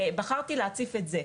בחרתי להציף את זה.